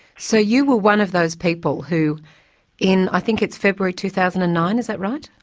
so you were one of those people who in i think it's february two thousand and nine is that right?